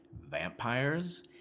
vampires